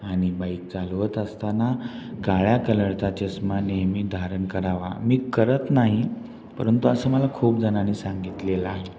आणि बाईक चालवत असताना काळ्या कलरचा चष्मा नेहमी धारण करावा मी करत नाही परंतु असं मला खूप जणा ने सांगितलेलं आहे